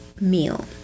meal